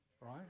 right